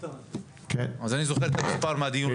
אז אני זוכר את המספר מהדיון הקודם.